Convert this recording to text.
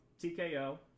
TKO